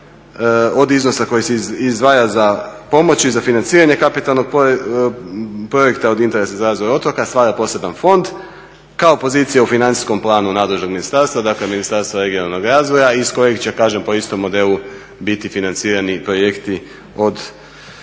od iznosa koji se izdvaja za pomoć i za financiranje kapitalnog projekta od interesa za razvoj otoka stvara poseban fond. Kao pozicija u financijskom planu nadležnog ministarstva, dakle Ministarstva regionalnog razvoja, iz kojeg će kažem po istom modelu biti financirani projekti od većeg